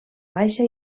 baixa